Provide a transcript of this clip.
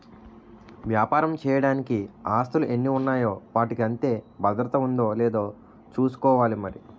వ్యాపారం చెయ్యడానికి ఆస్తులు ఎన్ని ఉన్నాయో వాటికి అంతే భద్రత ఉందో లేదో చూసుకోవాలి మరి